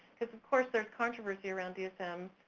because, of course, there's controversy around dsm,